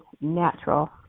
natural